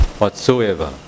whatsoever